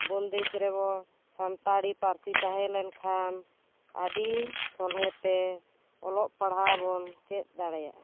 ᱵᱚᱱᱫᱮᱡᱽ ᱨᱮᱦᱚᱸ ᱥᱟᱱᱛᱟᱲᱤ ᱯᱟᱹᱨᱥᱤ ᱛᱟᱦᱮᱸᱞᱮᱱ ᱠᱷᱟᱱ ᱟᱹᱰᱤ ᱥᱚᱞᱦᱮ ᱛᱮ ᱚᱞᱚᱜ ᱯᱟᱲᱦᱟᱜ ᱵᱚᱱ ᱪᱮᱫ ᱫᱟᱲᱮᱭᱟᱜᱼᱟ